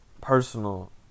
Personal